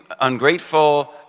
ungrateful